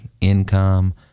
income